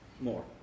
more